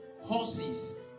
horses